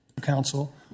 Counsel